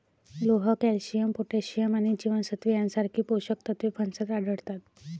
लोह, calcium, potassium आणि जीवनसत्त्वे यांसारखी पोषक तत्वे फणसात आढळतात